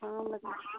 हाँ बताओ